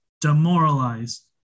demoralized